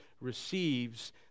receives